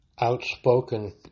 outspoken